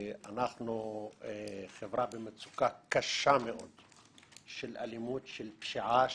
שאנחנו חברה במצוקה קשה מאוד של אלימות, של פשיעה,